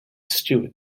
steward